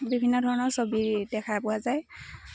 বিভিন্ন ধৰণৰ ছবি দেখা পোৱা যায়